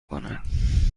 کند